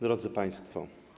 Drodzy Państwo!